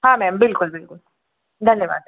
हाँ मैम बिल्कुल बिल्कुल धन्यवाद